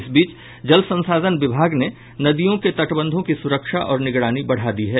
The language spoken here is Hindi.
इस बीच जल संसाधन विभाग ने नदियों के तटबंधों की सुरक्षा और निगरानी बढ़ा दी है